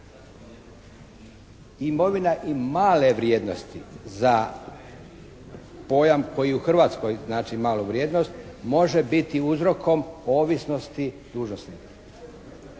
Imovina i male vrijednosti za pojam koje u Hrvatskoj znači malu vrijednost može biti uzrokom ovisnosti dužnosnika.